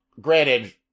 Granted